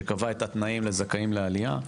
שקבעה את התנאים לזכאים לעליה,